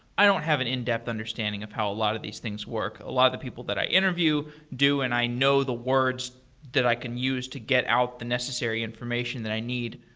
i don't have an in-depth understanding of how a lot of these things work. a lot of the people that i interview do and i know the words that i can use to get out the necessary information that i need,